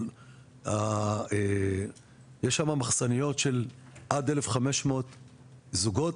אבל יש שם מחשניות של עד 1,500 זוגות,